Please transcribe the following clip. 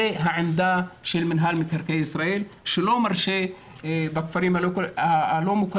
הוא העמדה של מינהל מקרקעי ישראל שלא מרשה בכפרים הלא מוכרים